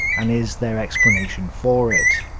and is their explanation for it.